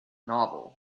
novel